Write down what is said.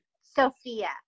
Sophia